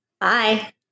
Bye